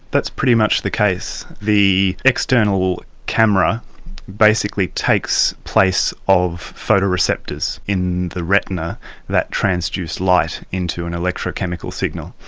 that's pretty much the case. the external camera basically takes place of photo receptors in the retina that transduce light into an electrochemical signal.